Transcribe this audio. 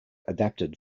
adapted